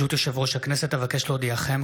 אדוני היושב-ראש,